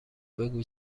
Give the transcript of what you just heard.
بگو